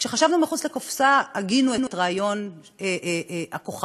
וכשחשבנו מחוץ לקופסה הגינו את רעיון הכוכבים.